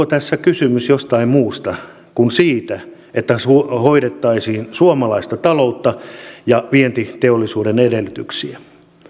tässä kysymys jostain muusta kuin siitä että hoidettaisiin suomalaista taloutta ja vientiteollisuuden edellytyksiä